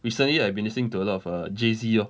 recently I've been listening to a lot of err jay Z lor